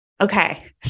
Okay